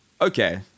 okay